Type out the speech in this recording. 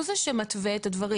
הוא זה שמתווה את הדברים.